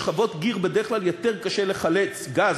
בשכבות גיר בדרך כלל יותר קשה לחלץ גז,